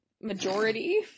majority